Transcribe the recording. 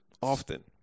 Often